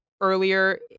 earlier